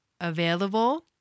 available